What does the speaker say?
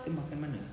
kita makan mana